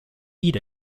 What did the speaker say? eat